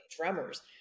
drummers